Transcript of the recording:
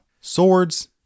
Swords